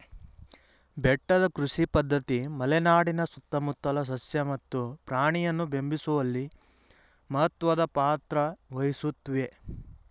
ಬೆಟ್ಟದ ಕೃಷಿ ಪದ್ಧತಿ ಮಲೆನಾಡಿನ ಸುತ್ತಮುತ್ತಲ ಸಸ್ಯ ಮತ್ತು ಪ್ರಾಣಿಯನ್ನು ಬೆಂಬಲಿಸುವಲ್ಲಿ ಮಹತ್ವದ್ ಪಾತ್ರ ವಹಿಸುತ್ವೆ